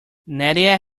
nadia